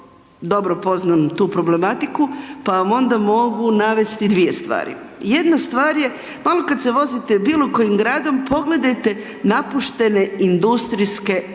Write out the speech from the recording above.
dobro poznam tu problematiku pa vam onda mogu navesti dvije stvari. Jedna stvar je, malo kada se vozite bilo kojim gradom pogledajte napuštene industrijske kolosijeke.